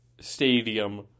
stadium